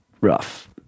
rough